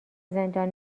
زندان